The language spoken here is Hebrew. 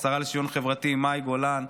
לשרה לשוויון חברתי מאי גולן,